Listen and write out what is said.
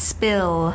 Spill